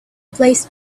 placed